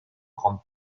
grande